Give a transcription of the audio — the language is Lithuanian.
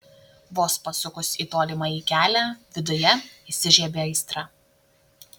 vos pasukus į tolimąjį kelią viduje įsižiebia aistra